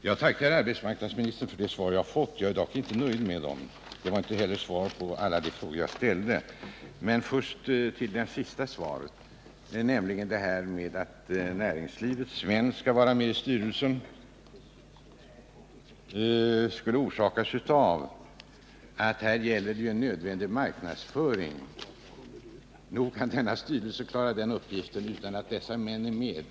Herr talman! Jag tackar arbetsmarknadsministern för de svar jag har fått. Jag är dock inte nöjd med dem, och det var inte heller svar på alla de frågor jag ställde. Arbetsmarknadsministern sade att anledningen till att näringslivets män skall vara med i styrelsen för regional stiftelse är att de behövs för en nödvändig marknadsföring. Men nog kan denna styrelse klara den uppgiften utan att dessa män är med.